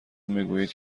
میگوید